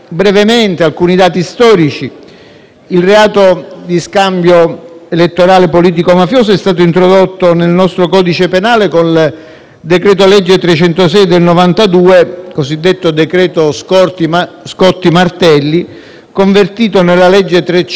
Il reato di scambio elettorale politico-mafioso è stato introdotto nel nostro codice penale con il decreto-legge n. 306 del 1992 (il cosiddetto decreto-legge Scotti-Martelli), convertito nella legge n. 356 dello stesso anno.